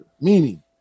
Meaning